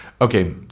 okay